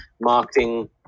marketing